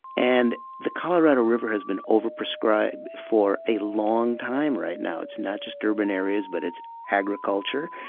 and the colorado river has been over prescribed for a long time right now. it's not just urban areas but it's agriculture.